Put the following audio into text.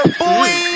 boy